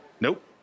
Nope